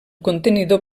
contenidor